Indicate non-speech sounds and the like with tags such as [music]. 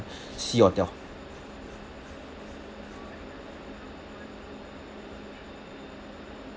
[breath] sea hotel